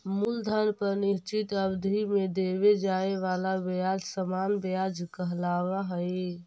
मूलधन पर निश्चित अवधि में देवे जाए वाला ब्याज सामान्य व्याज कहलावऽ हई